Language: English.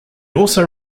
also